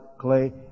clay